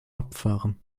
abfahren